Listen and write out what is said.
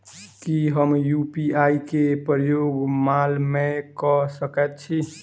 की हम यु.पी.आई केँ प्रयोग माल मै कऽ सकैत छी?